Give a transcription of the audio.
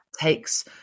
takes